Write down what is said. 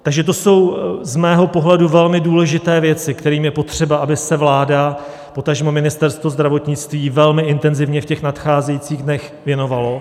Takže to jsou z mého pohledu velmi důležité věci, kterým je potřeba, aby se vláda, potažmo Ministerstvo zdravotnictví velmi intenzivně v těch nadcházejících dnech věnovalo.